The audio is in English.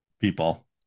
people